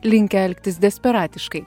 linkę elgtis desperatiškai